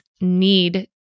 need